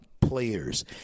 players